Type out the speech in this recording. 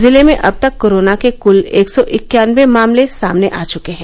जिले में अब तक कोरोना के कुल एक सौ इक्यानवे मामले सामने आ चुके हैं